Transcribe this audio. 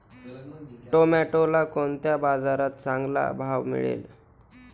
टोमॅटोला कोणत्या बाजारात चांगला भाव मिळेल?